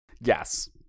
Yes